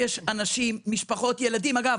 אגב,